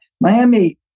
Miami